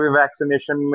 vaccination